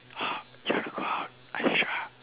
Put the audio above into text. how you want to go out are you sure